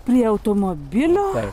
prie automobilio